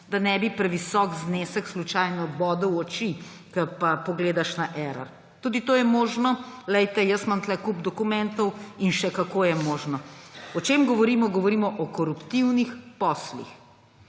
da ne bi previsok znesek slučajno bodel v oči, ko pa pogledaš na Erar. Tudi to je možno. Glejte, jaz imam tukaj kup dokumentov, in še kako jo možno. O čem govorimo? Govorimo o koruptivnih poslih.